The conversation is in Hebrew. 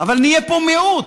אבל נהיה פה מיעוט.